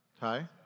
Hi